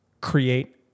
create